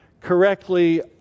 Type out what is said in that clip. correctly